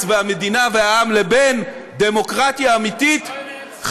והמדינה והעם לבין דמוקרטיה אמיתית,